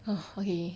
uh okay